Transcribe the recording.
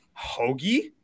Hoagie